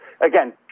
Again